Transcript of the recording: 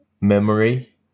memory